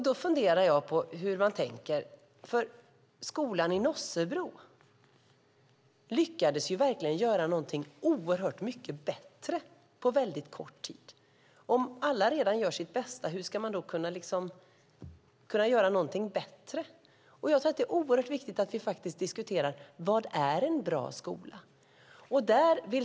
Då funderar jag på hur man tänker. Skolan i Nossebro lyckades verkligen göra någonting oerhört mycket bättre på väldigt kort tid. Om alla redan gör sitt bästa, hur ska man då kunna göra någonting bättre? Jag tror att det är oerhört viktigt att vi diskuterar: Vad är en bra skola?